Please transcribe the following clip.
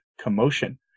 commotion